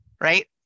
right